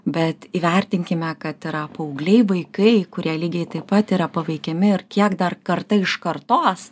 bet įvertinkime kad yra paaugliai vaikai kurie lygiai taip pat yra paveikiami ir kiek dar karta iš kartos